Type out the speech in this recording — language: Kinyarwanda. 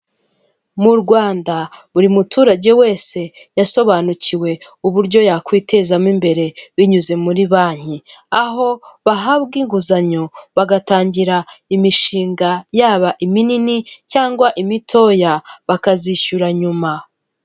Mu Rwanda buri muturage wese yasobanukiwe uburyo yakwitezamo imbere binyuze muri banki, aho bahabwa inguzanyo bagatangira imishinga yaba iminini cyangwa imitoya bakazishyura nyuma.